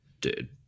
Dude